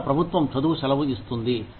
భారత ప్రభుత్వం చదువు సెలవు ఇస్తుంది